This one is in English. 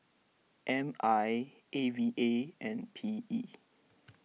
M I A V A and P E